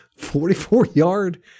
44-yard